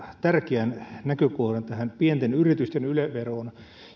tärkeän näkökohdan tähän pienten yritysten yle veroon